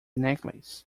necklace